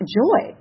joy